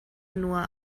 nur